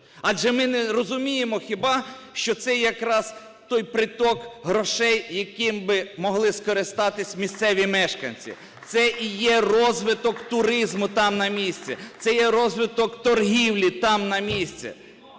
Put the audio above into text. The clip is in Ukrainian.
Адже ми не розуміємо хіба, що це якраз той приток грошей, яким би могли скористатися місцеві мешканці. Це і є розвиток туризму там на місці, це є розвиток торгівлі там на місці.